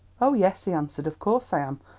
oh, yes, he answered, of course i am.